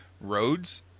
Roads